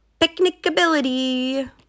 Picnicability